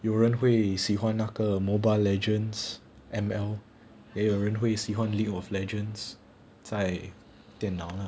有人会喜欢那个 mobile legends M_L 也有人会喜欢 league of legends 在电脑